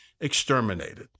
exterminated